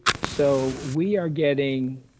so we are getting,